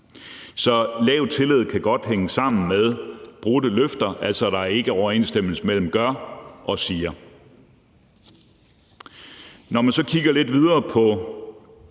Så lav tillid kan godt hænge sammen med brudte løfter, altså at der ikke er overensstemmelse mellem »gør« og »siger«. Når man så kigger lidt videre på